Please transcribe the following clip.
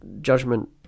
judgment